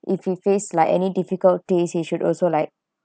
if he face like any difficulties he should also like